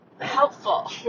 helpful